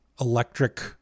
electric